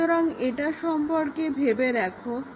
সুতরাং এটা সম্পর্কে ভেবে দেখো